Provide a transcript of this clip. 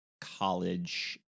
college